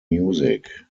music